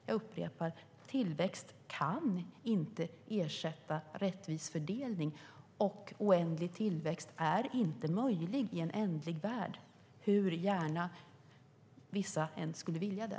Jag upprepar: Tillväxt kan inte ersätta rättvis fördelning, och oändlig tillväxt är inte möjlig i en ändlig värld - hur gärna vissa än skulle vilja det.